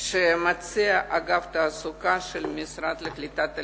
שמציע אגף התעסוקה של המשרד לקליטת העלייה.